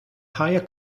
higher